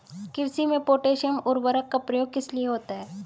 कृषि में पोटैशियम उर्वरक का प्रयोग किस लिए होता है?